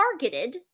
targeted